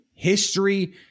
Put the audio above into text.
History